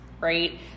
right